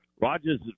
Rogers